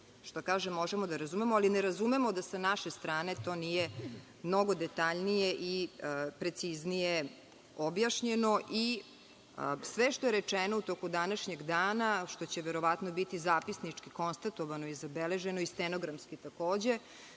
kaže, možemo da razumemo, ali ne razumemo da sa naše strane to nije mnogo detaljnije i preciznije objašnjeno i sve što je rečeno u toku današnjeg dana, što će verovatno biti zapisnički konstatovano i zabeleženo, i stenogramski takođe,